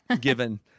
given